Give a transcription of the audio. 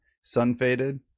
sun-faded